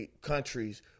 countries